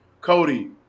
Cody